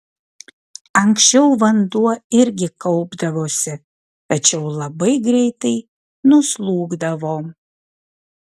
anksčiau vanduo irgi kaupdavosi tačiau labai greitai nuslūgdavo